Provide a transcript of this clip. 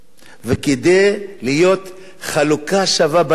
וכדי להיות עם חלוקה שווה בנטל.